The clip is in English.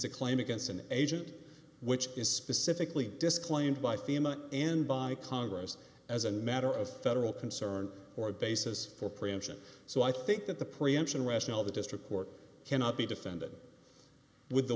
claim against an agent which is specifically disclaimed by fema and by congress as a matter of federal concern or a basis for preemption so i think that the preemption rationale the district court cannot be defended with the